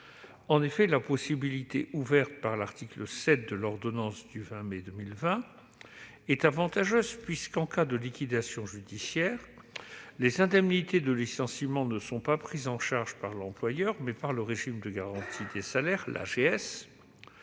En effet, la possibilité ouverte par l'article 7 de l'ordonnance du 20 mai 2020 est avantageuse puisque, en cas de liquidation judiciaire, les indemnités de licenciement sont prises en charge non par l'employeur, mais par le régime de garantie des salaires, l'AGS.